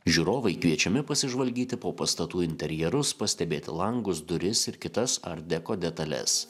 žiūrovai kviečiami pasižvalgyti po pastatų interjerus pastebėti langus duris ir kitas art deko detales